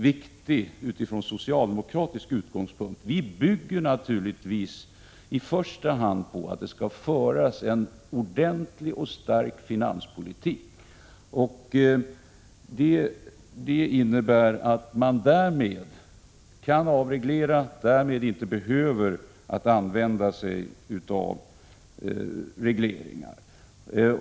Här vill jag från socialdemokratisk utgångspunkt göra en mycket viktig deklaration: Vi bygger naturligtvis i första hand vårt handlande på att det skall föras en ordentlig och stark finanspolitik, vilket innebär att man inte behöver använda sig av regleringar.